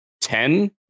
ten